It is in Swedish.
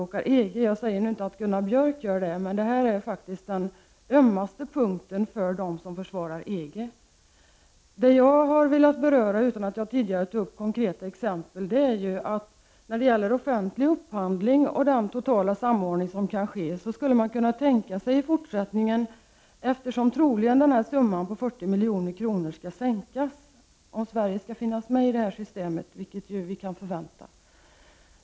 Jag säger nu inte att Gunnar Björk gör det, men det här är faktiskt den ömmaste punkten för dem som försvarar EG. Vad jag har velat beröra, utan att tidigare ha givit några konkreta exempel, är att en total samordning skulle kunna tänkas ske av offentlig upphandling i fortsättningen, eftersom summan 40 milj.kr. troligen kan sänkas, om Sverige skall vara med i det aktuella systemet, vilket vi ju kan förvänta.